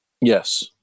Yes